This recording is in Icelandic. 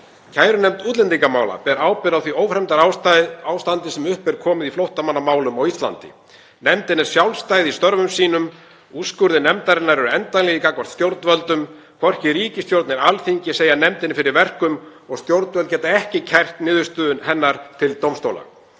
Kærunefnd útlendingamála ber ábyrgð á því ófremdarástandi sem upp er komið í flóttamannamálum á Íslandi. Nefndin er sjálfstæð í störfum sínum. Úrskurðir nefndarinnar eru endanlegir gagnvart stjórnvöldum. Hvorki ríkisstjórn né Alþingi segja nefndinni fyrir verkum og stjórnvöld geta ekki kært niðurstöðu hennar til dómstóla.